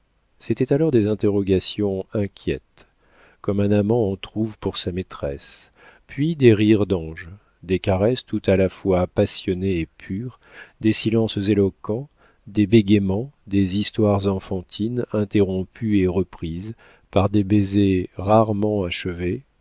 c'était alors des interrogations inquiètes comme un amant en trouve pour sa maîtresse puis des rires d'anges des caresses tout à la fois passionnées et pures des silences éloquents des bégaiements des histoires enfantines interrompues et reprises par des baisers rarement achevées